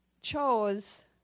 chose